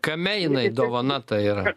kame jinai dovana ta yra